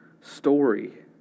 story